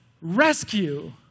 rescue